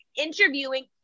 interviewing